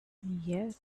yet